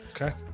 Okay